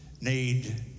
need